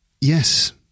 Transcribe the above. Yes